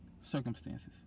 circumstances